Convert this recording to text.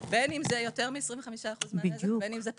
בין אם זה יותר מ-25 אחוזים מהנזק ובין אם זה פחות.